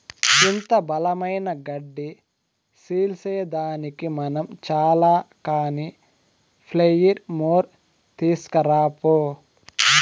ఇంత బలమైన గడ్డి సీల్సేదానికి మనం చాల కానీ ప్లెయిర్ మోర్ తీస్కరా పో